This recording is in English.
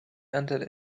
entered